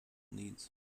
needs